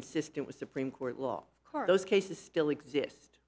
consistent with supreme court law court those cases still exist